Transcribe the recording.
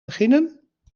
beginnen